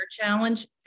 challenge